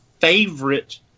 favorite